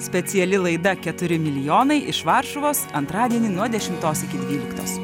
speciali laida keturi milijonai iš varšuvos antradienį nuo dešimtos iki dvyliktos